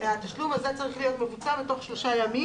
או נציגי בתי החולים,